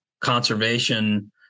conservation